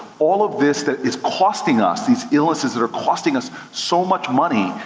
all of this that is costing us, these illnesses that are costing us so much money,